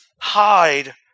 hide